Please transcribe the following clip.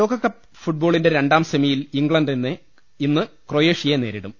ലോകകപ്പ് ഫുട്ബോളിന്റെ രണ്ടാം സെമിയിൽ ഇംഗ്ലണ്ട് ഇന്ന് ക്രൊയേഷ്യയെ നേരിടും